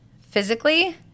physically